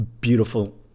beautiful